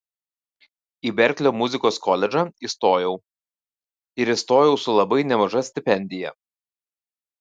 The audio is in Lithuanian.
į berklio muzikos koledžą įstojau ir įstojau su labai nemaža stipendija